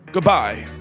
Goodbye